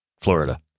Florida